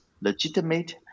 legitimate